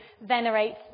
venerate